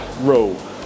row